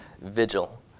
vigil